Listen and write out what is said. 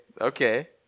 okay